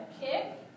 Kick